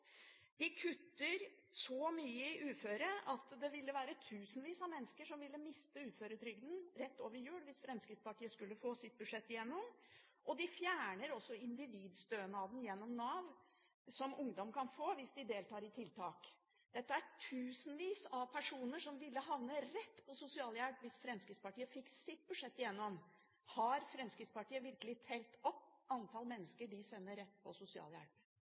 De kutter så mye til uføre at tusenvis av mennesker ville mistet uføretrygden rett over jul hvis Fremskrittspartiet hadde fått sitt budsjett igjennom. De fjerner også individstønaden som ungdom kan få gjennom Nav hvis de deltar i tiltak. Tusenvis av personer ville havnet rett på sosialhjelp hvis Fremskrittspartiet fikk sitt budsjett igjennom. Har Fremskrittspartiet virkelig telt opp antall mennesker de sender rett på